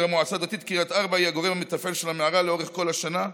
המועצה הדתית קריית ארבע היא הגורם המתפעל של המערה לאורך כל השנה,